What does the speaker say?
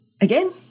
again